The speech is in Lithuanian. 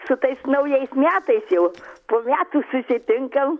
su tais naujais metais jau po metų susitinkam